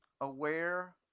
aware